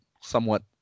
somewhat